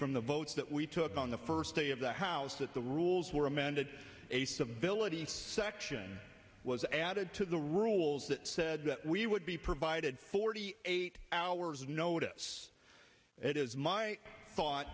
from the votes that we took on the first day of the house that the rules were amended a civility section was added to the rules that said that we would be provided forty eight hours of notice it is my thought